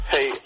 Hey